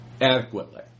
adequately